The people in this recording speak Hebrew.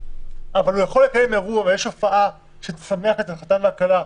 אבל הוא יכול לקיים אירוע ויש הופעה שתשמח את החתן והכלה,